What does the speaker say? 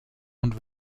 und